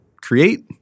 create